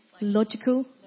Logical